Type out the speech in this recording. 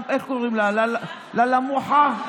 איך קראו לה, ללה מוחה?